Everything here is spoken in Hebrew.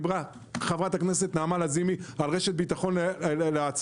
דיברה חברת הכנסת נעמה לזימי על רשת ביטחון לעצמאיים.